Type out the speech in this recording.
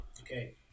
Okay